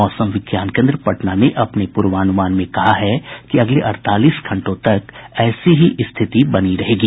मौसम विज्ञान केन्द्र पटना ने अपने पूर्वानुमान में कहा है कि अगले अड़तालीस घंटों तक ऐसी ही स्थिति बनी रहेगी